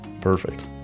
perfect